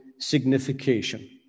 signification